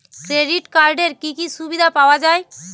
Credit কার্ডের কি কি সুবিধা পাওয়া যায়?